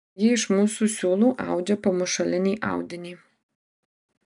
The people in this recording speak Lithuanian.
ji iš mūsų siūlų audžia pamušalinį audinį